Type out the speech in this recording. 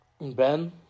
Ben